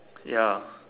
ya